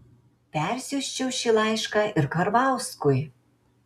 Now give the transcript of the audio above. persiųsčiau šį laišką ir karvauskui